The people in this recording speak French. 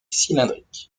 cylindrique